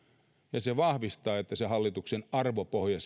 ja se vahvistaa hallituksen arvopohjan